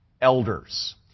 elders